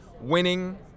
winning